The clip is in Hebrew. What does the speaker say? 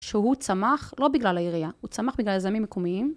שהוא צמח לא בגלל העירייה, הוא צמח בגלל יזמים מקומיים.